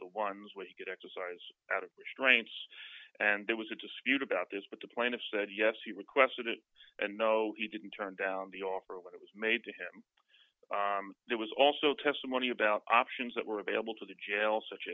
the ones which get exercise out of restraints and there was a dispute about this but the plaintiff said yes he requested it and no he didn't turn down the offer what it was made to him there was also testimony about options that were available to the jail such